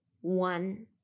one